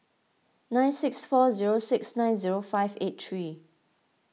nine six four zero six nine zero five eight three